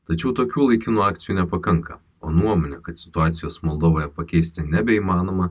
tačiau tokių laikinų akcijų nepakanka o nuomonė kad situacijos moldovoje pakeisti nebeįmanoma